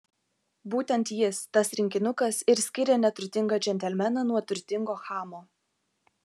būtent jis tas rinkinukas ir skiria neturtingą džentelmeną nuo turtingo chamo